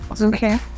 Okay